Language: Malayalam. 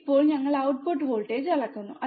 ഇപ്പോൾ ഞങ്ങൾ ഔട്ട്പുട്ട് വോൾട്ടേജ് അളക്കുന്നു